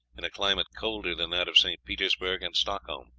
in a climate colder than that of st. petersburg and stockholm.